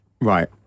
Right